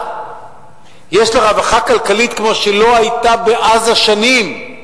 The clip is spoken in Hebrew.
יש רווחה כלכלית כמו שלא היתה שם שנים,